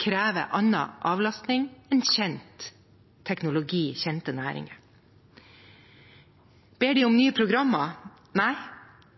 krever annen avlastning enn kjent teknologi, kjente næringer. Ber de om nye programmer? Nei,